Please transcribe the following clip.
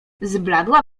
zbladła